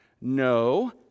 No